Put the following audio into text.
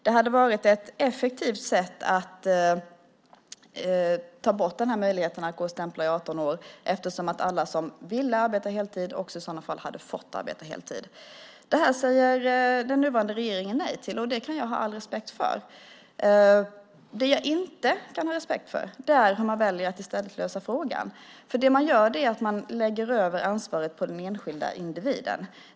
Det hade varit ett effektivt sätt att ta bort denna möjlighet att gå och stämpla i 18 år eftersom alla som ville arbeta heltid i sådana fall också skulle ha fått arbeta heltid. Detta säger den nuvarande regeringen nej till. Det kan jag ha all respekt för. Det som jag inte kan ha respekt för är hur man väljer att i stället lösa detta. Det som man gör är att man lägger över ansvaret på den enskilda individen.